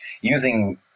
using